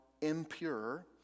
impure